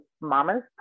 mamas